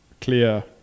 clear